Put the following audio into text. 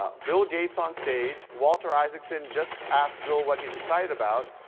ah bill gates on stage, walter isaacson just asked bill what he's excited about,